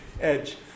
Edge